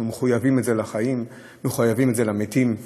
אנחנו מחויבים בזה לחיים, מחויבים בזה למתים.